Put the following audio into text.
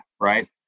right